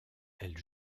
elle